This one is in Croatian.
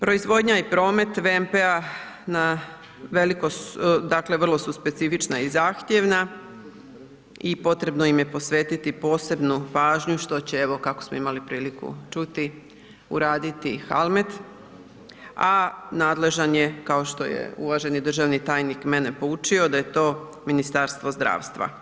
Proizvodnja i promet VMP-a na veliko, dakle vrlo su specifična i zahtjevna i potrebno im je posvetiti posebnu pažnju, što će evo kako smo imali priliku čuti uraditi HALMED, a nadležan je kao što je uvaženi državni tajnik mene poučio da je to Ministarstvo zdravstva.